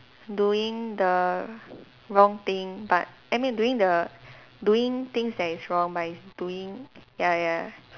doing the wrong thing but I mean doing the doing things that is wrong but is doing ya ya